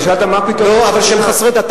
אתה שאלת מה הפתרון, לא, אבל שהם חסרי דת.